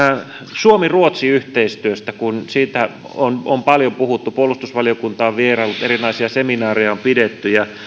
suomi ruotsi yhteistyöstä kun siitä on on paljon puhuttu puolustusvaliokunta on vieraillut erilaisia seminaareja on pidetty ja